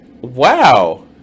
wow